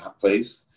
place